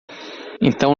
então